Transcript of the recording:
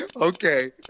Okay